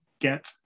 get